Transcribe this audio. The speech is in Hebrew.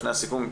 לפני הסיכום,